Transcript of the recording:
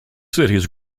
cities